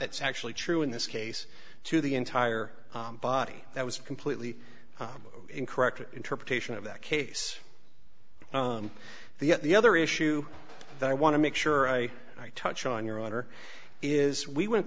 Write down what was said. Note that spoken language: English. that's actually true in this case to the entire body that was completely incorrect interpretation of that case the the other issue that i want to make sure i touch on your honor is we went